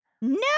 No